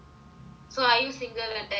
so are you single attached